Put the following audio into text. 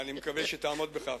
ואני מקווה שתעמוד בכך,